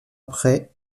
après